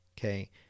Okay